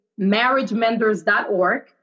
marriagemenders.org